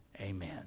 amen